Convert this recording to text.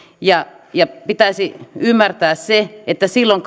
ja ja pitäisi ymmärtää se että silloin